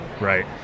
right